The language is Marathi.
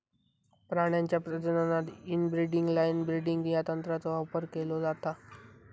प्राण्यांच्या प्रजननात इनब्रीडिंग लाइन ब्रीडिंग या तंत्राचो वापर केलो जाता